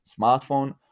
smartphone